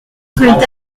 reynaud